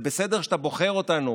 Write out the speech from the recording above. זה בסדר שאתה בוחר אותנו,